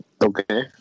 Okay